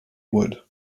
would